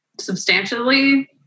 substantially